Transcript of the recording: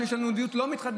שיש לנו יהדות לא מתחדשת,